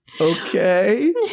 Okay